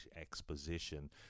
Exposition